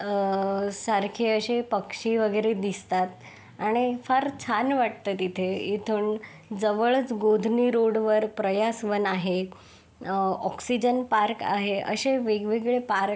सारखे असे पक्षी वगैरे दिसतात आणि फार छान वाटतं तिथे इथून जवळच गोधनी रोडवर प्रयास वन आहे ऑक्सिजन पार्क आहे असे वेगवेगळे पार्क